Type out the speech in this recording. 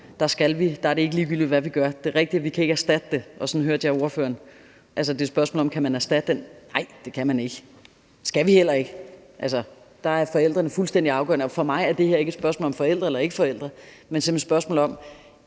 forældrene virkelig har skramlet. Det er rigtigt, at vi ikke kan erstatte det. Og det var sådan, at jeg hørte spørgsmålet fra ordføreren, nemlig om vi kan erstatte det. Nej, det kan vi ikke – det skal vi heller ikke. Der er forældrene fuldstændig afgørende, og for mig er det her ikke et spørgsmål om forældre eller ikke forældre, men simpelt hen et spørgsmål om